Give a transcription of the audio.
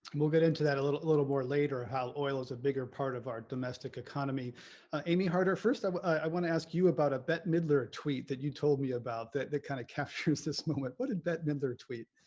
we'll get into that a little a little more later. how oil is a bigger part of our domestic economy amy harder first i want to ask you about a bette midler a tweet that you told me about that that kind of captures this moment what did bette midler tweet?